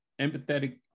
empathetic